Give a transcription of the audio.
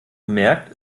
bemerkt